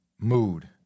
Mood